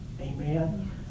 Amen